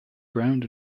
ground